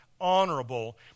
honorable